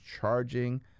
charging